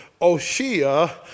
Oshia